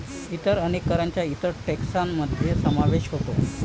इतर अनेक करांचा इतर टेक्सान मध्ये समावेश होतो